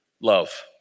love